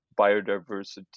biodiversity